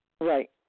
Right